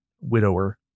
widower